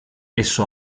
esso